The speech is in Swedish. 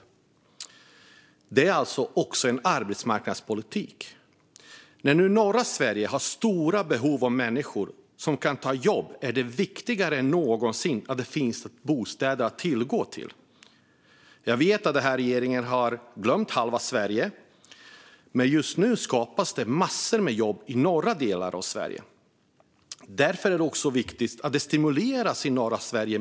Det är alltså också en arbetsmarknadspolitisk fråga. När nu norra Sverige har stora behov av människor som kan ta jobb är det viktigare än någonsin att det finns bostäder att tillgå. Jag vet att den nuvarande regeringen har glömt halva Sverige, men just nu skapas det massor med jobb i de norra delarna av Sverige. Därför är det också viktigt att man stimulerar byggandet av bostäder i norra Sverige.